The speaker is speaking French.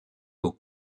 aux